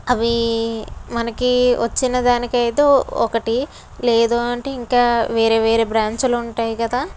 అవి మనకు వచ్చిన దానికి అయితే ఒకటి లేదు అంటే ఇంకా వేరే వేరే బ్రాంచ్లు ఉంటాయి కదా